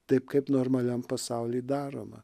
taip kaip normaliam pasauly daroma